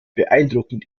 beeindruckend